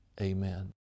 Amen